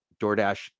DoorDash